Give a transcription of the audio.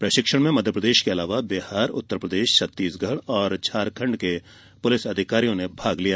प्रशिक्षण में मध्यप्रदेश के अलावा बिहार उत्तरप्रदेश छत्तीसगढ़ और झारखंड के पुलिस अधिकारियों ने भाग लिया